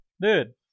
dude